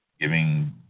giving